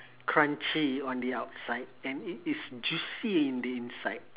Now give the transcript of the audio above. crunchy on the outside and it is juicy in the inside